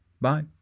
Bye